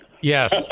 Yes